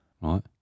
Right